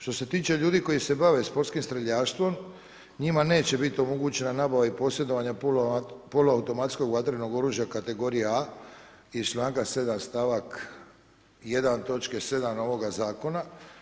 Što se tiče ljudi koji se bave sportskim streljaštvom, njima neće biti onemogućena nabava i posjedovanje poluautomatskog vatrenog oružja kategorije A iz članka 7. stavak 1. točke 7. ovoga Zakona.